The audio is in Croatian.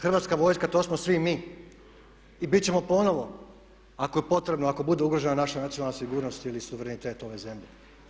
Hrvatska vojska to smo svi mi i bit ćemo ponovno ako je potrebno, ako bude ugrožena naša nacionalna sigurnost ili suverenitet ove zemlje.